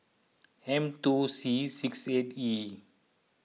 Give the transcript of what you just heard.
M two C six eight E